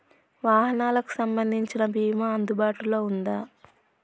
వాహనాలకు సంబంధించిన బీమా అందుబాటులో ఉందా?